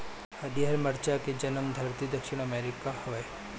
हरिहर मरचा के जनमधरती दक्षिण अमेरिका हवे